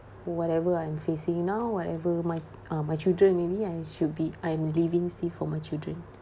whatever I'm facing now whatever my uh my children maybe I should be I'm living still for my children